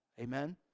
Amen